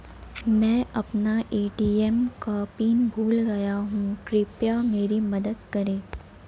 मैं अपना ए.टी.एम का पिन भूल गया हूं, कृपया मेरी मदद करें